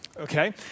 okay